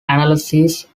analysis